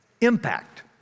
impact